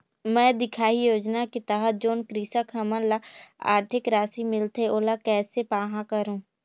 मैं दिखाही योजना के तहत जोन कृषक हमन ला आरथिक राशि मिलथे ओला कैसे पाहां करूं?